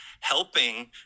helping